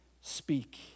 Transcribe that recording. speak